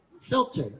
filter